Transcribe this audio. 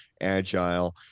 agile